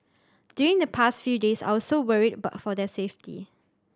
during the past few days I was so worried about for their safety